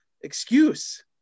excuse